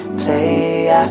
play